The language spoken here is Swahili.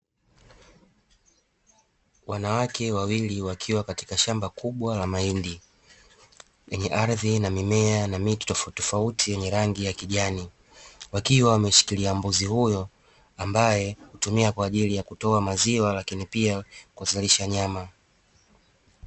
Wanawake wawili wakiwa katika shamba kubwa la mahindi, lenye ardhi na mimea na miti tofautitofauti yenye rangi ya kijani wakiwa wameshikilia mbuzi huyo ambaye hutumia kwa ajili ya kutoa maziwa lakini pia kuzalisha nyama.